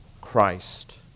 Christ